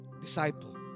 disciple